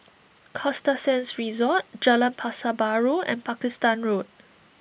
Costa Sands Resort Jalan Pasar Baru and Pakistan Road